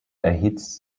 erhitzt